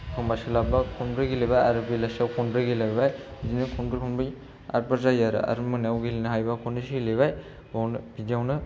एखनबा सोलाब्बा खनब्रै गेलेबाय आरो बेलासियाव खनब्रै गेलेबाय बिदिनो खनब्रै खनब्रै आदबार जायो आरो मोनायाव गेलेनो हायोबा खननैसो गेलेबाय बिदियावनो